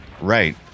Right